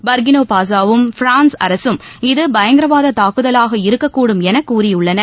Burkina பாசோவும் France அரசும் இது பயங்கரவாத தாக்குதவாக இருக்கக்கூடும் என கூறியுள்ளன